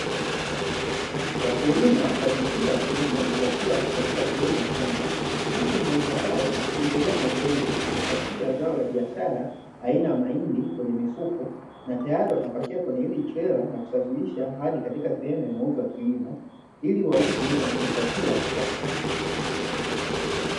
Wakulima wa jinsia ya kiume, wakiwa katika sehemu ya shamba, huku mmoja wao akiendelea na zoezi la kupakia zao la biashara aina ya mahindi kwenye mifuko, na tayari watapakia kwenye hili trela na kusafirisha hadi katika sehemu ya mauzo ya kilimo, ili wauze na kujipatia kipato.